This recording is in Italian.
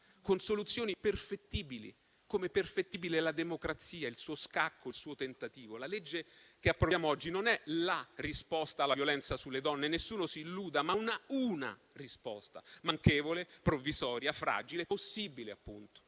con soluzioni perfettibili, come perfettibile è la democrazia, il suo scacco e il suo tentativo. La legge che approviamo oggi non è la risposta alla violenza sulle donne, nessuno si illuda, ma una risposta, manchevole, provvisoria, fragile e possibile.